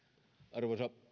arvoisa